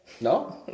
No